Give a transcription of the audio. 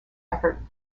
effort